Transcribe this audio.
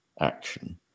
action